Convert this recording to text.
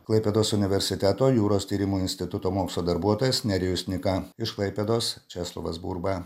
klaipėdos universiteto jūros tyrimų instituto mokslo darbuotojas nerijus nika iš klaipėdos česlovas burba